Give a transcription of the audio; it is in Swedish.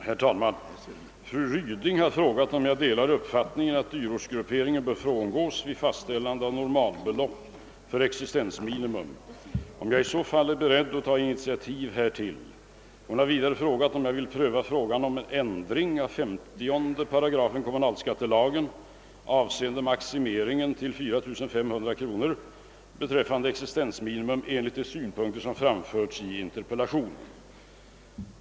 Herr talman! Fru Ryding har frågat om jag delar uppfattningen att dyrortsgrupperingen bör frångås vid fastställande av normalbelopp för existensminimum och om jag i så fall är beredd att ta initiativ härtill. Hon har vidare frågat om jag vill pröva frågan om en ändring av 50 § kommunalskattelagen avseende maximeringen till 4 500 kronor beträffande existensminimum enligt de synpunkter som framförts i interpellationen.